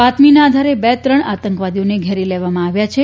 બાતમીના આધારે બે થી ત્રણ આતંકવાદીઓને ઘેરી લેવામાં આવ્યા છે